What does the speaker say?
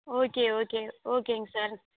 okay okay ஓகேங்க sir